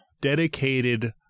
Dedicated